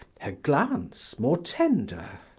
her glance more tender.